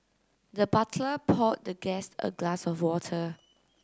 the butler poured the guest a glass of water